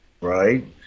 Right